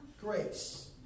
grace